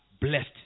blessed